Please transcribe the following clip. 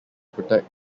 protect